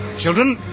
Children